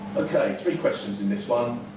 ok. three questions in this one.